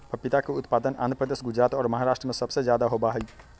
पपीता के उत्पादन आंध्र प्रदेश, गुजरात और महाराष्ट्र में सबसे ज्यादा होबा हई